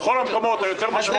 לכל המקומות היותר משמעותיים.